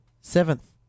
seventh